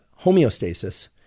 homeostasis